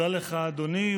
תודה לך, אדוני.